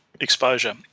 exposure